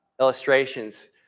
illustrations